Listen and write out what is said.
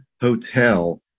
Hotel